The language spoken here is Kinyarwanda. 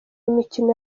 imikino